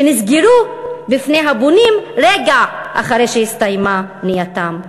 שנסגרו בפני הבונים רגע אחרי שהסתיימה בנייתם?